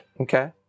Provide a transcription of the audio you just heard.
Okay